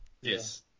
yes